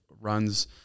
runs